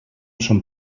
son